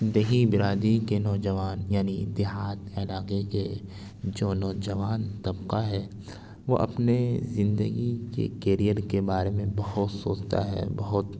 دیہی برادری کے نوجوان یعنی دیہات علاقے کے جو نوجوان طبقہ ہے وہ اپنے زندگی کے کیریئر کے بارے میں بہت سوچتا ہے بہت